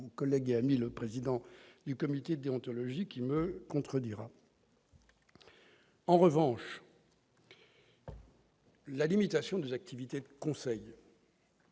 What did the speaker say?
collègue et ami, le président du comité de déontologie parlementaire qui me contredira. En revanche, la limitation des activités de conseil